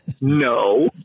no